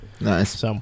Nice